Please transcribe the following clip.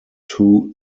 two